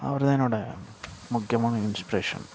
அவர் தான் என்னோடய முக்கியமான இன்ஸ்பிரேஷன்